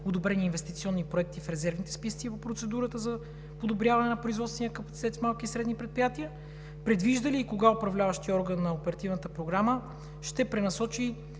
одобрени инвестиционни проекти в резервните списъци по процедурата за подобряване на производствения капацитет в малки и средни предприятия? Предвижда ли и кога управляващият орган на Оперативната програма ще пренасочи